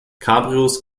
cabrios